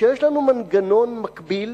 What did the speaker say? כשיש לנו מנגנון מקביל